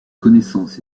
connaissance